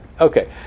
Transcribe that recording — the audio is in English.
Okay